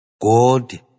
God